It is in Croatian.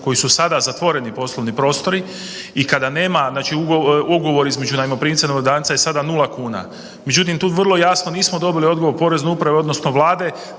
koji su sada zatvoreni poslovni prostori i kada nema, znači ugovor između najmoprimca i najmodavca je sada nula kuna. Međutim, tu vrlo jasno nismo dobili odgovor porezne uprave odnosno Vlade